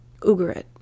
Ugarit